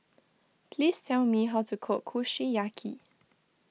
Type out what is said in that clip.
please tell me how to cook Kushiyaki